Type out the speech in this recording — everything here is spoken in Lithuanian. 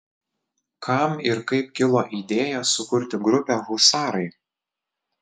kam ir kaip kilo idėja sukurti grupę husarai